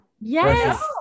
Yes